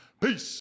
Peace